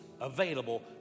available